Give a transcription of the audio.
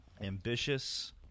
ambitious